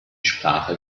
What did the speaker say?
sprache